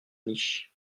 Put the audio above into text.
niche